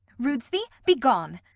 rudesby, be gone!